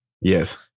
Yes